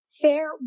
fair